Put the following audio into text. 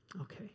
okay